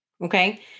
Okay